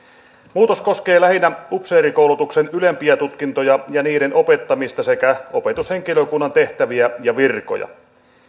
muutos koskee lähinnä upseerikoulutuksen ylempiä tutkintoja ja niiden opettamista sekä opetushenkilökunnan tehtäviä ja virkoja